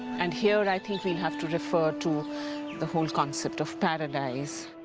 and here, i think we have to defer to the whole concept of paradise.